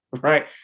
right